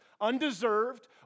Undeserved